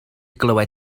glywed